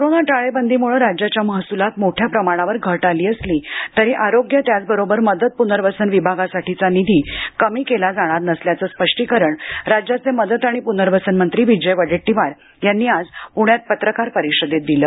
corona टाळेबंदीमुळं राज्याच्या महसुलात मोठ्या प्रमाणावर घट आली असली तरी आरोग्य त्याचबरोबर मदत पुनर्वसन विभागासाठीचा निधी कमी केला जाणार नसल्याचं स्पष्टीकरण राज्याचे मदत आणि पुनर्वसन मंत्री विजय वडेट्टीवार यांनी आज पुण्यात पत्रकार परिषदेत दिलं